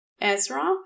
Ezra